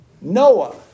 Noah